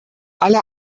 alle